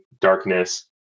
darkness